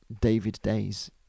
daviddays